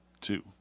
two